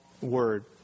word